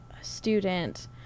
student